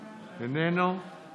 איננו.